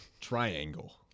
triangle